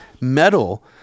metal